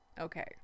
okay